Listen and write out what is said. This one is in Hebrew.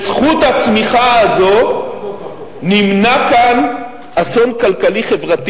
בזכות הצמיחה הזאת נמנע כאן אסון כלכלי-חברתי